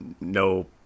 no